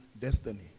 destiny